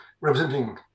representing